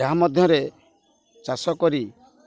ଏହା ମଧ୍ୟରେ ଚାଷ କରି